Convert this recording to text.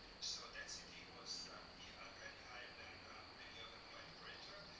so density was yeah and very higher than any other mobile operator.